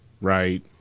right